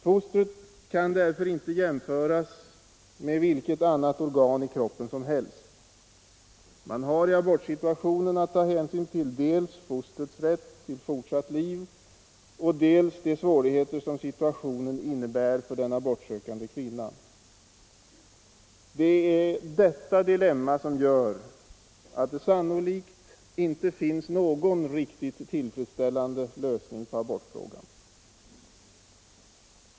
Fostret kan därför inte jämföras med vilket annat organ i kroppen som helst. Man har i abortsituationen att ta hänsyn till dels fostrets rätt till fortsatt liv, dels de svårigheter som situationen innebär för den abortsökande kvinnan. Det är detta dilemma som gör att det sannolikt inte finns någon riktigt tillfredsställande lösning på abortfrågan.